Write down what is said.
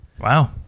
Wow